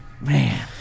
Man